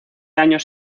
años